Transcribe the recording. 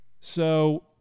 So-